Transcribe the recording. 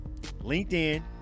LinkedIn